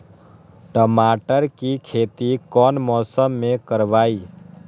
टमाटर की खेती कौन मौसम में करवाई?